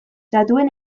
datuen